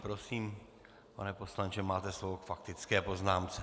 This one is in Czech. Prosím, pane poslanče, máte slovo k faktické poznámce.